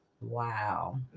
Wow